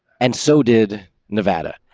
and so did nevada,